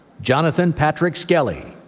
jonathan patrick skelley,